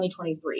2023